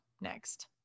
next